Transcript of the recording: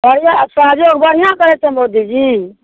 बढ़िआँ काजो बढ़िआँ करै छै मोदीजी